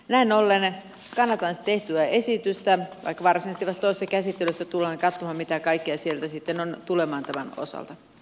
näin ollen kannatan tehtyä esitystä vaikka varsinaisesti vasta toisessa käsittelyssä tulemme katsomaan mitä kaikkea sieltä sitten on tuleman tämän osalta